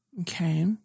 Okay